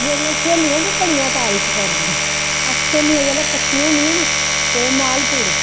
मेरियां स्हेलियां बी बड़ियां तारीफ करदियां अस स्हेलियां जेल्लै कट्ठियां होन्नियां ना ते माल पूड़े